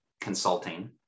consulting